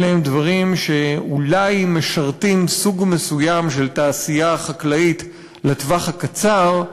אלה הם דברים שאולי משרתים סוג מסוים של תעשייה חקלאית לטווח הקצר,